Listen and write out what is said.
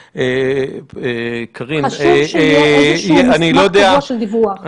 חשוב שיהיה איזשהו מסמך קבוע של דיווח.